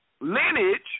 lineage